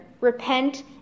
Repent